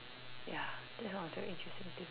ya that's one of the interesting thing